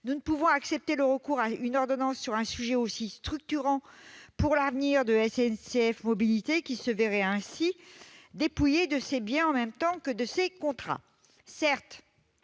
Nous ne pouvons accepter le recours à une ordonnance sur un sujet aussi structurant pour l'avenir de SNCF Mobilités, qui se verrait ainsi dépouillée de ses biens en même temps que de ses contrats.